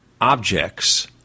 objects